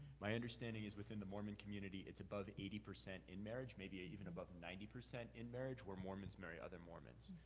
my understanding is within the mormon community it's above eighty percent in-marriage, maybe ah even above ninety percent in-marriage where mormons marry other mormons.